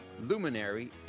Luminary